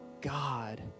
God